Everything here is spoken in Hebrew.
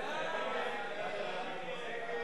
ההסתייגות